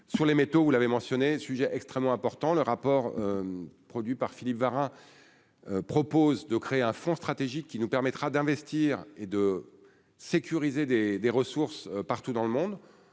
sur les métaux, vous l'avez mentionné : sujet extrêmement important : le rapport produit par Philippe Varin propose de créer un fonds stratégique qui nous permettra d'investir et de sécuriser des des ressources partout dans le monde